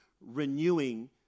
renewing